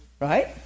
Right